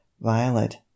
Violet